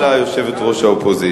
אז אני אקרא לה: יושבת-ראש האופוזיציה.